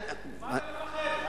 מה אתה מפחד?